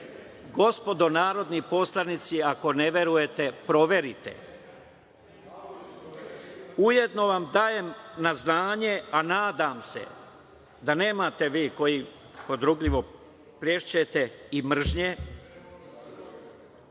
danas. Gospodo narodni poslanici, ako ne verujete proverite. Ujedno vam dajem na znanje, a nadam se da nemate vi koji podrugljivo pljeskate, i mržnje